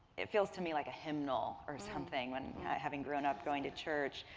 it feels to me like a hymnal or something, when having grown up going to church.